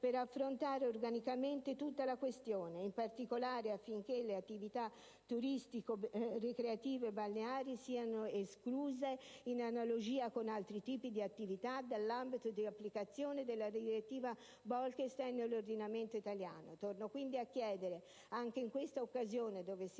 per affrontare organicamente tutta la questione, in particolare affinché le attività turistico-ricreative-balneari siano escluse, in analogia con altri tipi di attività, dall'ambito di applicazione della direttiva Bolkestein nell'ordinamento italiano. Torno quindi a chiedere, anche in questa occasione in cui